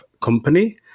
company